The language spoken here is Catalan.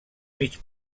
mig